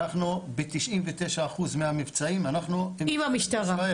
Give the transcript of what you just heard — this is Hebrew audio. אנחנו ב-99 אחוזים מהמבצעים אנחנו --- עם המשטרה,